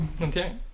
okay